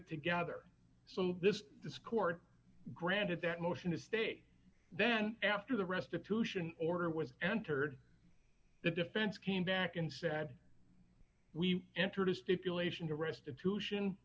it together so this this court granted that motion to stay then after the restitution order was entered the defense came back and said we entered a stipulation to restitution